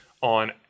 on